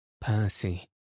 Percy